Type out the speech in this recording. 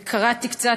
וקראתי קצת.